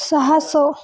ସାହାସ